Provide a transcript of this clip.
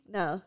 no